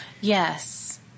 Yes